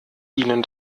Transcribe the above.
ihnen